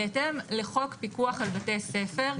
בהתאם לחוק פיקוח על בתי ספר,